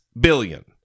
billion